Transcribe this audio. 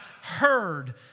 heard